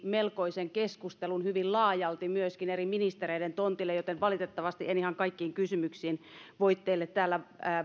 melkoisen keskustelun hyvin laajalti myöskin eri ministereiden tonteille joten valitettavasti en ihan kaikkiin kysymyksiin voi teille täällä